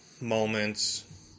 moments